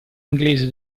inglese